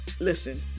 Listen